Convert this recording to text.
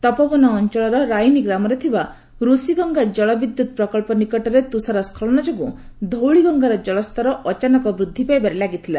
ତପୋବନ ଅଞ୍ଚଳର ରାଇନି ଗ୍ରାମରେ ଥିବା ଋଷିଗଙ୍ଗା ଜଳବିଦ୍ୟୁତ୍ ପ୍ରକଳ୍ପ ନିକଟରେ ତୁଷାର ସ୍କଳନ ଯୋଗୁଁ ଧଉଳିଗଙ୍ଗାର ଜଳସ୍ତର ଅଚାନକ ବୃଦ୍ଧି ପାଇବାରେ ଲାଗିଥିଲା